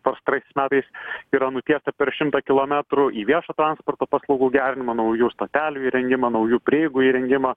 pastaraisiais metais yra nutiesta per šimtą kilometrų į viešo transporto paslaugų gerinimą naujų stotelių įrengimą naujų prieigų įrengimą